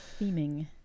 theming